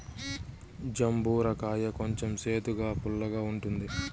జంబూర కాయ కొంచెం సేదుగా, పుల్లగా ఉంటుంది